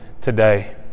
today